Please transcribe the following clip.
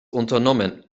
unternommen